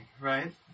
right